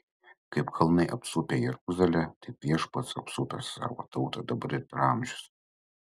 kaip kalnai apsupę jeruzalę taip viešpats apsupęs savo tautą dabar ir per amžius